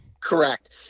Correct